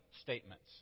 statements